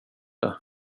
det